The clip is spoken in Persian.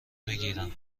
بگیرم